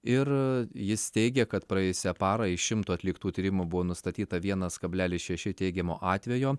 ir jis teigia kad praėjusią parą iš šimto atliktų tyrimų buvo nustatyta vienas kablelis šeši teigiamo atvejo